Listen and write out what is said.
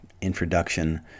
introduction